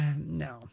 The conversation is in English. no